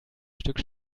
stück